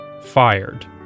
Fired